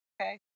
Okay